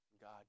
God